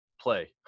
play